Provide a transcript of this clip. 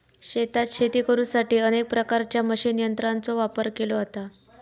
शेतात शेती करुसाठी अनेक प्रकारच्या मशीन यंत्रांचो वापर केलो जाता